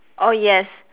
oh yes